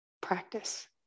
practice